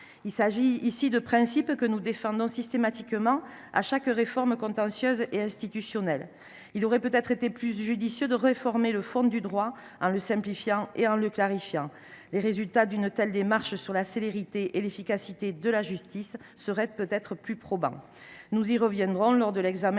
Il s’agit là de principes que nous défendons systématiquement, à chaque réforme du contentieux ou des institutions. Il aurait peut être été plus judicieux de réformer le fond du droit, en le simplifiant et en le clarifiant : les résultats d’une telle démarche sur la célérité et l’efficacité de la justice seraient sans doute plus probants. Nous y reviendrons lors de l’examen